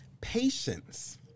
patience